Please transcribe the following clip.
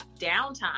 downtime